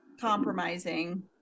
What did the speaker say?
compromising